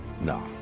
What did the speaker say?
No